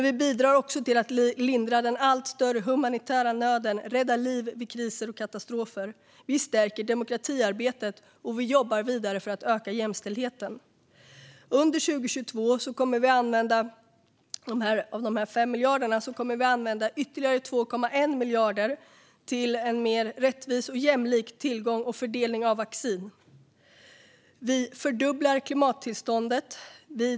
Vi bidrar också till att lindra den allt större humanitära nöden och rädda liv vid kriser och katastrofer. Vi stärker demokratiarbetet och jobbar vidare för att öka jämställdheten. Under 2022 kommer vi att använda ytterligare 2,1 miljarder av de här 5 miljarderna till en mer rättvis och jämlik tillgång till och fördelning av vaccin. Vi fördubblar klimatbiståndet jämfört med 2019.